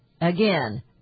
again